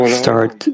start